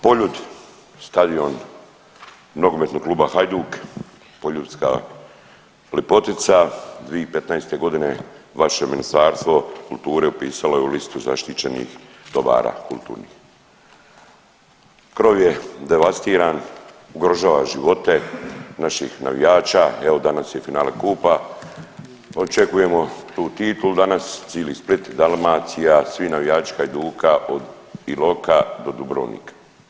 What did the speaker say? Poljud stadion Nogometnog kluba Hajduk, poljudska lipotica 2015. godine vaše Ministarstvo kulture upisalo je listu zaštićenih dobara kulturnih, krov je devastiran ugrožava života naših navijača, evo danas je Finale kupa očekujemo tu titulu danas, cili Split, Dalmacija, svi navijači Hajduka od Iloka do Dubrovnika.